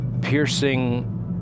piercing